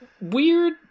weird